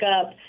up